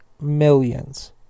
millions